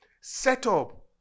setup